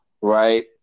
right